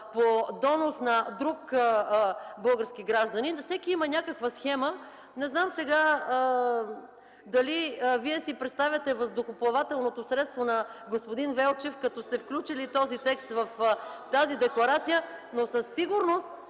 по донос на друг български гражданин. Всеки има някаква схема. Не знам дали Вие си представяте въздухоплавателното средство на господин Велчев, като сте включили този текст в тази декларация (реплики от